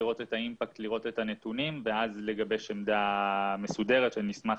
לראות את הנתונים ואז לגבש עמדה מסוימת שנשמח